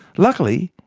luckily,